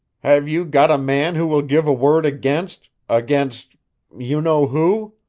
have you got a man who will give a word against against you know who?